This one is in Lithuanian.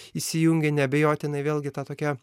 įsijungia neabejotinai vėlgi ta tokia